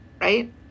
right